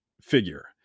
figure